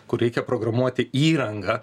kur reikia programuoti įrangą